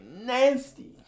nasty